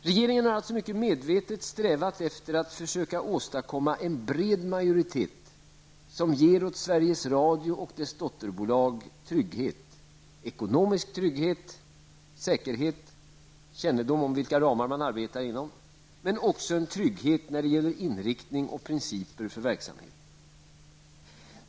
Regeringen har således mycket medvetet strävat efter att försöka åstadkomma en bred majoritet som skall ge trygghet åt Sveriges Radio och dess dotterbolag. Det gäller ekonomisk trygghet, säkerhet, kännedom om vilka ramar man arbetar inom men också en trygghet när det gäller inriktning och principer för verksamheten.